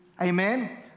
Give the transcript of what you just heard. Amen